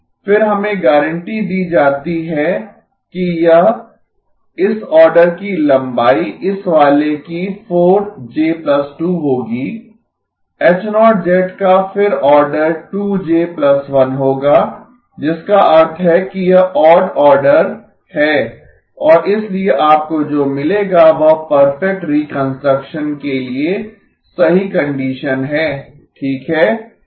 फिर हमें गारंटी दी जाती है कि यह इस ऑर्डर की लंबाई इस वाले की 4J 2 होगी H0 का फिर ऑर्डर 2J 1 होगा जिसका अर्थ है कि यह ओड ऑर्डर है और इसलिए आपको जो मिलेगा वह परफेक्ट रिकंस्ट्रक्शन के लिए सही कंडीशन है ठीक है